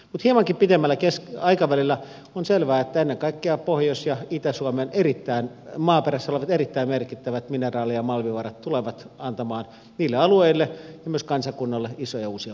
mutta hiemankin pidemmällä aikavälillä on selvää että ennen kaikkea pohjois ja itä suomen maaperässä olevat erittäin merkittävät mineraali ja malmivarat tulevat antamaan niille alueille ja myös kansakunnalle isoja uusia mahdollisuuksia